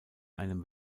einem